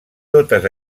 totes